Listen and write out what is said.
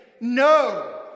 no